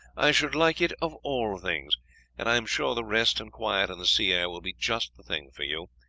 i should like it of all things and i am sure the rest and quiet and the sea air will be just the thing for you.